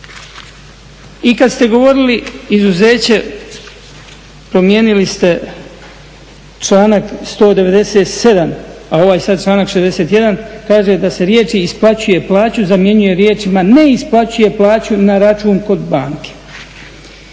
I kad ste govorili izuzeće, promijenili ste članak 197. a ovaj sad članak 61. kaže da se riječi "isplaćuju plaću" zamjenjuje riječima "ne isplaćuje plaću na račun kod banke".